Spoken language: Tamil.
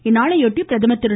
இந்நாளையொட்டி பிரதமர் திரு